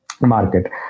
market